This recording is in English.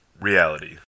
reality